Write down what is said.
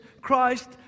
Christ